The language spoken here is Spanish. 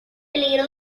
peligro